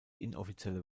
inoffizielle